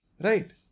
Right